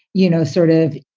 you know, sort of,